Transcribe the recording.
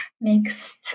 mixed